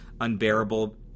unbearable